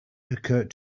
occured